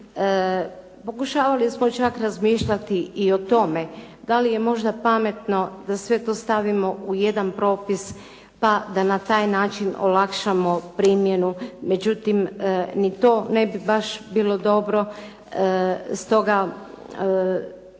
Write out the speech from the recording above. pokušavali smo čak razmišljati i o tome da li je možda pametno da sve to stavimo u jedan propis pa da na taj način olakšamo primjenu, međutim ni to ne bi baš bilo dobro, stoga se